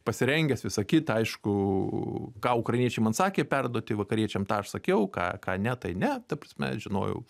pasirengęs visa kita aišku ką ukrainiečiai man sakė perduoti vakariečiam tą aš sakiau ką ką ne tai ne ta prasme žinojau